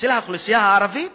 ואצל האוכלוסייה הערבית